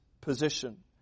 position